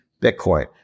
Bitcoin